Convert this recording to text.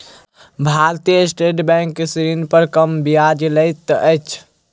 भारतीय state bank ऋण पर कम ब्याज लैत अछि